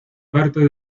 parte